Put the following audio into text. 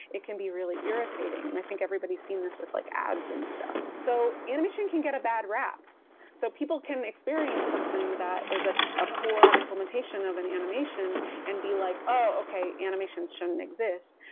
it can be really irritating and i think everybody's seen this with like ads and stuff. so animation can get a bad rap so people can experience something that is ah a poor implementation of an animation and be like, oh okay, animations shouldn't exist.